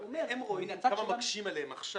הם רואים כמה מקשים עליהם עכשיו.